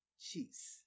Cheese